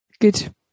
good